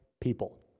people